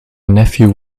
nephew